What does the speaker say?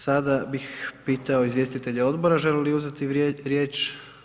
Sada bih pitao izvjestitelje odbora žele li uzeti riječ?